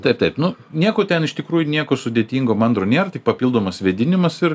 taip taip nu nieko ten iš tikrųjų nieko sudėtingo mandro nėra tik papildomas vėdinimas ir